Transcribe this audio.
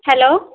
hello